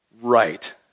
right